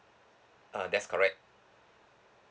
uh that's correct